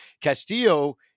Castillo –